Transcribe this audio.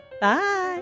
bye